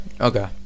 okay